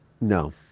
No